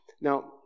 Now